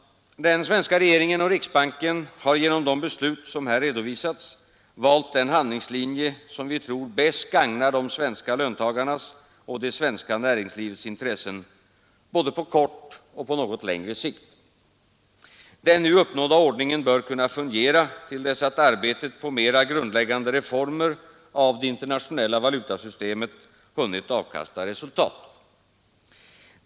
Den svenska regeringen och riksbanken har genom de beslut som här redovisats valt den handlingslinje som vi tror bäst gagnar de svenska löntagarnas och det svenska näringslivets intressen, på både kort och något längre sikt. Den nu uppnådda ordningen bör kunna fungera till dess att arbetet på mera grundläggande reformer av det internationella valutasystemet hunnit avkasta resultat.